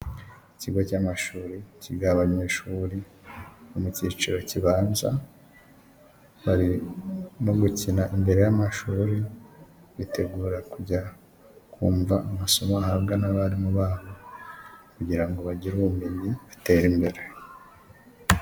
Ikigo cy'amashuri kigaho abanyeshuri bo mu cyiciro kibanza, barimo gukina imbere y'amashuri bitegura kujya kumva amasomo bahabwa n'abarimu babo kugira ngo bagire ubumenyi buteye imbere.